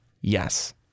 Yes